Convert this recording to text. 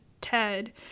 Ted